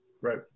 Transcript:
Right